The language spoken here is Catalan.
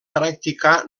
practicà